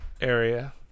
area